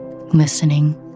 listening